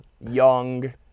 young